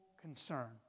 concern